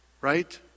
Right